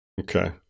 Okay